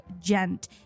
gent